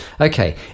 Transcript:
Okay